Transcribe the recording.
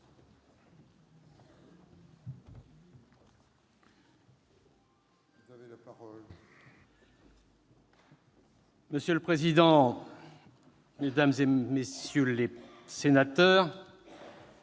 Monsieur le président, mesdames, messieurs les sénateurs,